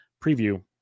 preview